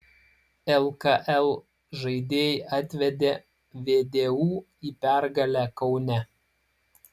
lkl žaidėjai atvedė vdu į pergalę kaune